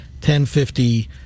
1050